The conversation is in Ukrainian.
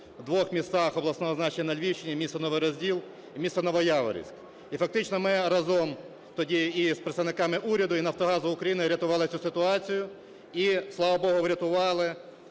у двох містах обласного значення на Львівщині: місто Новий Розділ і місто Новояворівськ. І фактично ми разом тоді і з представниками уряду, і "Нафтогазу України" рятували цю ситуацію. І, слава Богу, врятували,